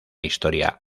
historia